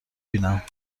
بینم